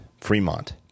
Fremont